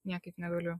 niekaip negaliu